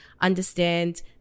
understand